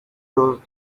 those